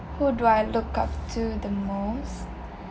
who do I look up to the most